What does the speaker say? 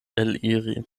eliri